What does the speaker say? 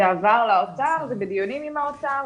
זה עבר לאוצר, זה בדיונים עם האוצר.